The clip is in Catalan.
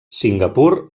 singapur